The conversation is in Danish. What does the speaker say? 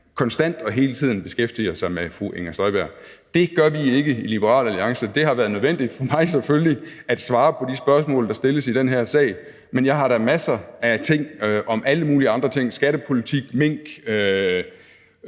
konstant og hele tiden beskæftiger sig med fru Inger Støjberg. Det gør vi ikke i Liberal Alliance. Det har selvfølgelig været nødvendigt for mig at svare på de spørgsmål, der stilles i den her sag, men jeg har da hele tiden masser af alle mulige andre ting – skattepolitik, minksagen,